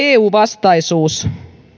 eu vastaisuus